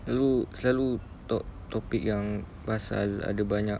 selalu selalu topic yang pasal ada banyak